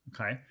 okay